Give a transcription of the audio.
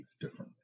differently